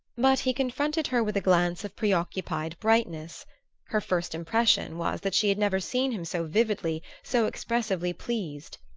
but he confronted her with a glance of preoccupied brightness her first impression was that she had never seen him so vividly, so expressively pleased.